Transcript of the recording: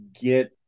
get